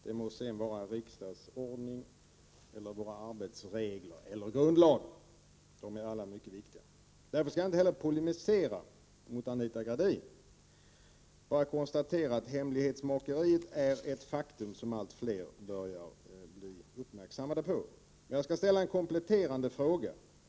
Det må sedan gälla riksdagsordningen, våra arbetsregler eller grundlagen — dessa är alla mycket viktiga. Jag skall därför inte polemisera mot Anita Gradin utan bara konstatera att hemlighetsmakeriet är ett faktum som allt fler börjar bli uppmärksammade på. Jag skall ställa en kompletterande fråga.